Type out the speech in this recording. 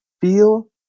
feel